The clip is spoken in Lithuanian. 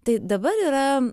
tai dabar yra